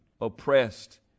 oppressed